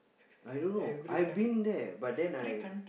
I don't know I've been there but then I